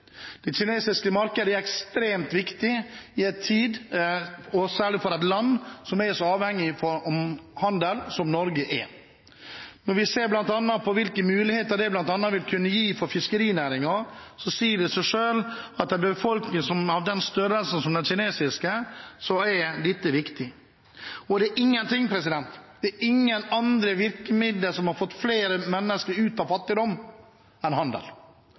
det kinesiske markedet. Det kinesiske markedet er ekstremt viktig i en tid som nå og særlig for et land som er så avhengig av handel som Norge er. Når vi ser på hvilke muligheter det vil kunne gi for fiskerinæringen, sier det seg selv, med en befolkning som har den størrelsen som den kinesiske har, at dette er viktig. Det er ingen ting og ingen andre virkemidler som har fått flere mennesker ut av fattigdom enn handel.